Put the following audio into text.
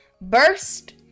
burst